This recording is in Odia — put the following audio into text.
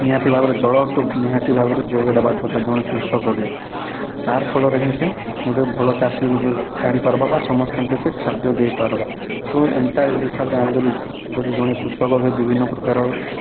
ନିହାତି ଭାବରେ ଜଳ ତ ନିହାତି ଭାବରେ ଯୋଗାଇ ଦେବାର କଥା ଜଣେ କୃଷକକେ ତାର ଫଲରେ ହିଁ ସେ ଗୋଟେ ଭଲ ଚାଷୀ ରୁପେ ଜାଣି ପରବା ବା ସମସ୍ତଙ୍କେ ସେ ଖାଦ୍ୟ ଦେଇ ପାରବା ତ ଏମତା ହିସାବରେ ଆମର ଯଦି ଯଦି ଜଣେ କୃଷକକେ ବିଭିନ୍ନ ପ୍ରକାରର